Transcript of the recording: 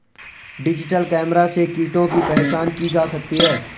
digital camera से कीटों की पहचान की जा सकती है